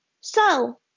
So